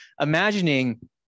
imagining